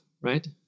right